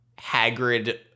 Hagrid